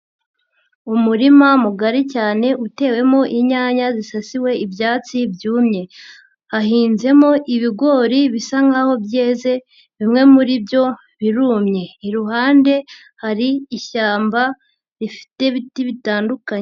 Umurima mugari cyane utewemo inyanya zisasiwe ibyatsi byumye, hahinzemo ibigori bisa nkaho byeze bimwe muri byo birumye, iruhande hari ishyamba rifite ibiti bitandukanye.